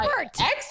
Expert